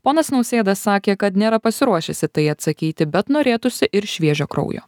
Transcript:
ponas nausėda sakė kad nėra pasiruošęs į tai atsakyti bet norėtųsi ir šviežio kraujo